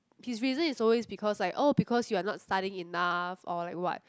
his reason is always because like oh because you are not studying enough or like what